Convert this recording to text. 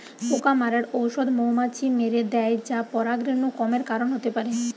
পোকা মারার ঔষধ মৌমাছি মেরে দ্যায় যা পরাগরেণু কমের কারণ হতে পারে